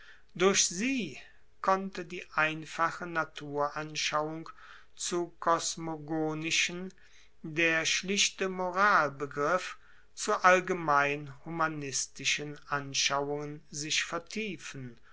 durch sie konnte die einfache naturanschauung zu kosmogonischen der schlichte moralbegriff zu allgemein humanistischen anschauungen sich vertiefen